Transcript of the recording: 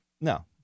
no